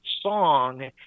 song